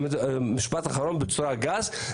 משפט אחרון, בצורה גסה.